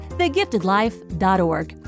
thegiftedlife.org